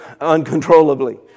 uncontrollably